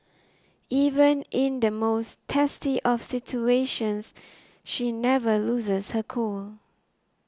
even in the most testy of situations she never loses her cool